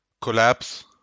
collapse